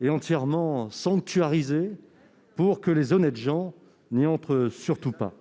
et entièrement sanctuarisées pour que les honnêtes gens n'y entrent surtout pas ?